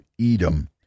Edom